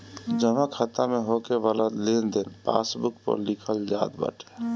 जमा खाता में होके वाला लेनदेन पासबुक पअ लिखल जात बाटे